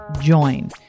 join